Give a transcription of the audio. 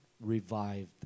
revived